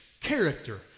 character